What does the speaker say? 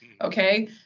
Okay